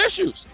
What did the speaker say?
issues